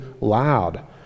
loud